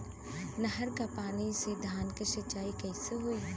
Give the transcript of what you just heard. नहर क पानी से धान क सिंचाई कईसे होई?